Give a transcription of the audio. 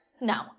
No